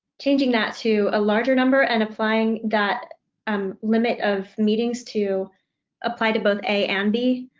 changing that to a larger number and applying that um limit of meetings to apply to both a and b.